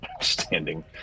standing